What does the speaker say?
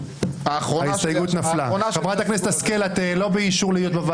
אין ההסתייגות מס' 9 של קבוצת סיעת המחנה הממלכתי לא נתקבלה.